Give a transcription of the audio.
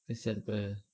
kasihan apa